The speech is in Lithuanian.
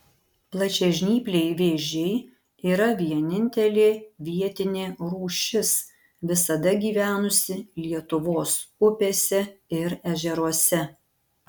plačiažnypliai vėžiai yra vienintelė vietinė rūšis visada gyvenusi lietuvos upėse ir ežeruose